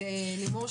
לימור,